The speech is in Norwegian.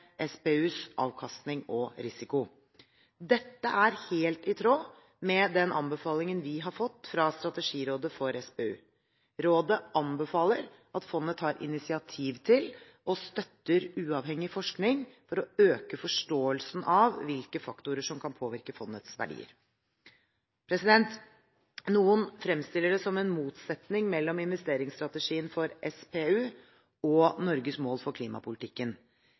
SPUs avkastning og risiko. Dette er helt i tråd med den anbefalingen vi har fått fra Strategirådet for SPU. Rådet anbefaler at fondet tar initiativ til og støtter uavhengig forskning for å øke forståelsen av hvilke faktorer som kan påvirke fondets verdier. Noen fremstiller det som en motsetning mellom investeringsstrategien for SPU og Norges mål for klimapolitikken.